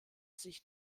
sich